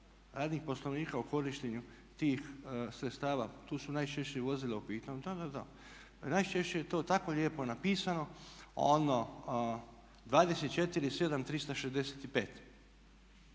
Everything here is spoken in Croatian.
raznih poslovnika o korištenju tih sredstava tu su najčešće vozila u pitanju. Da, da, da. Najčešće je to tako lijepo napisano ono